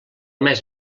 mes